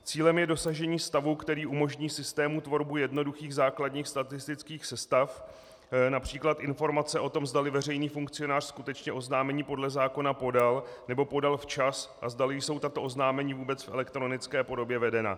Cílem je dosažení stavu, který umožní systému tvorbu jednoduchých základních statistických sestav, například informace o tom, zdali veřejný funkcionář skutečně oznámení podle zákona podal nebo podal včas a zdali jsou tato oznámení vůbec v elektronické podobě vedena.